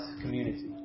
community